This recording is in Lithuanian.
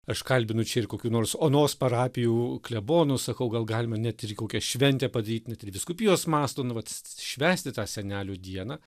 aš kalbinu čia ir kokių nors onos parapijų klebonų sakau gal galima net ir kokią šventę padaryt net ir vyskupijos mąsto nu vat švęsti tą senelių dieną